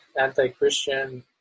anti-Christian